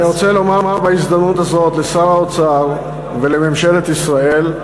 אני רוצה לומר בהזדמנות הזאת לשר האוצר ולממשלת ישראל,